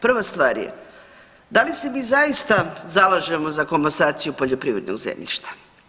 Prva stvar je, da li se mi zaista zalažemo za komasaciju poljoprivrednog zemljišta?